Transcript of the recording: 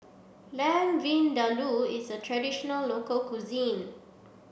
Lamb Vindaloo is a traditional local cuisine